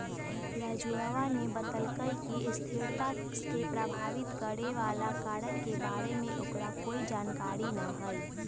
राजूवा ने बतल कई कि स्थिरता के प्रभावित करे वाला कारक के बारे में ओकरा कोई जानकारी ना हई